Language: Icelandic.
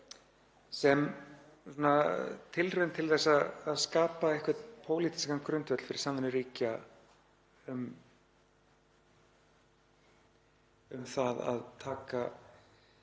sem tilraun til að skapa einhvern pólitískan grundvöll fyrir samvinnu ríkja um það að taka